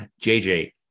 JJ